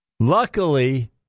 Luckily